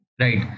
Right